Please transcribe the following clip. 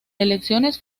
elecciones